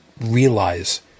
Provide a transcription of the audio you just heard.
realize